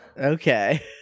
Okay